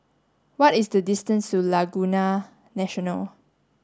what is the distance to Laguna National